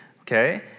okay